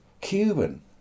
Cuban